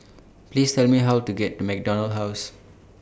Please Tell Me How to get to MacDonald House